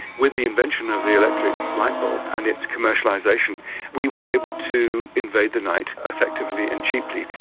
with the invention of the electric light bulb and its commercialisation we were able to invade the night effectively and cheaply,